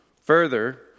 Further